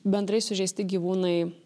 bendrai sužeisti gyvūnai